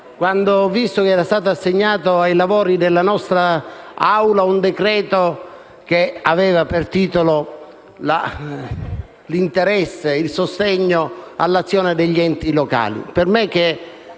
quando ho visto che era stato assegnato ai lavori della nostra Assemblea un decreto che recava nel titolo il sostegno all'azione degli enti locali.